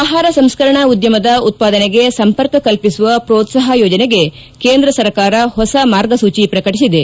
ಆಹಾರ ಸಂಸ್ತರಣಾ ಉದ್ದಮದ ಉತ್ತಾದನೆಗೆ ಸಂಪರ್ಕ ಕಲ್ಲಿಸುವ ಮೋತ್ನಾಪಕ ಯೋಜನೆಗೆ ಕೇಂದ್ರ ಸರ್ಕಾರ ಹೊಸ ಮಾರ್ಗಸೂಚಿ ಪ್ರಕಟಿಸಿದೆ